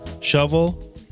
shovel